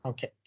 Okay